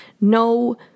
no